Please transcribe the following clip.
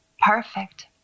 Perfect